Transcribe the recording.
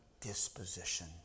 disposition